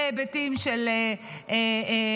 בהיבטים של התחמשות,